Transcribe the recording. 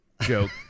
joke